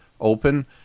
open